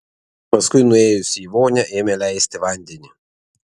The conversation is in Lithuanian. paskui nuėjusi į vonią ėmė leisti vandenį